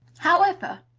however,